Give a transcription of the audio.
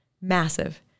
massive